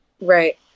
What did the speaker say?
Right